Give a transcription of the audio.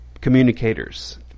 communicators